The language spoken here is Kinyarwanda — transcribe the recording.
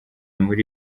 muri